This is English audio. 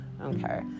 okay